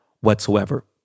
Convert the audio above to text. whatsoever